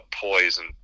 poison